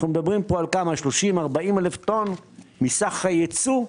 אנחנו מדברים פה על 30,000 40,000 טון מסך הייצוא,